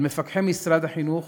על מפקחי משרד החינוך